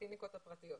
בקליניקות הפרטיות,